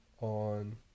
on